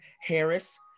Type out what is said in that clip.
Harris